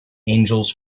angels